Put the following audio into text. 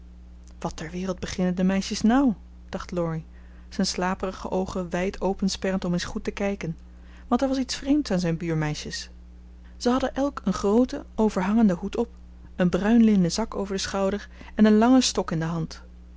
wat ter wereld beginnen de meisjes nou dacht laurie zijn slaperige oogen wijd opensperrend om eens goed te kijken want er was iets vreemds aan zijn buurmeisjes ze hadden elk een grooten overhangenden hoed op een bruin linnen zak over den schouder en een langen stok in de hand